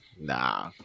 nah